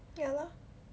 ya lor